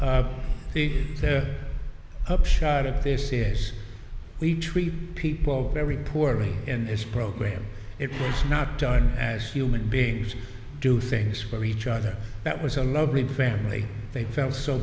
the the upshot of this is we treat people very poorly in this program it was not done as human beings do things for each other that was a loving family they felt so